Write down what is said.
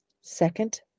second